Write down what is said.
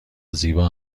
زیبا